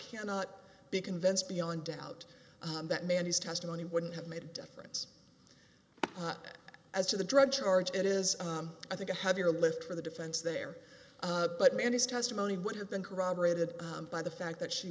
cannot be convinced beyond doubt that man his testimony wouldn't have made a difference as to the drug charges it is i think a heavier lift for the defense there but man his testimony would have been corroborated by the fact that she